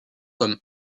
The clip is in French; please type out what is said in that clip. comme